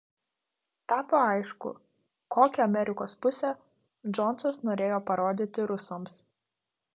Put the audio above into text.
tapo aišku kokią amerikos pusę džonsas norėjo parodyti rusams